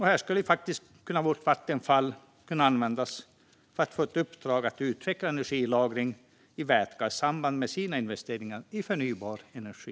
Här skulle vårt Vattenfall kunna användas och få i uppdrag att utveckla energilagring i vätgas i samband med sina investeringar i förnybar energi.